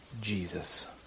Jesus